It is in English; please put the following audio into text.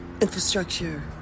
infrastructure